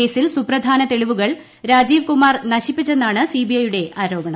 കേസിൽ സുപ്രധാന തെളിവുകൾ രാജീവ് കുമാർ നശിപ്പിച്ചെന്നാണ് സിബിഐ യുടെ ആരോപണം